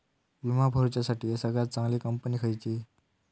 विमा भरुच्यासाठी सगळयात चागंली कंपनी खयची?